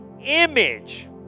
image